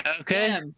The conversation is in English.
Okay